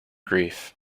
grief